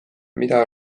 mida